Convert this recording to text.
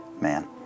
Man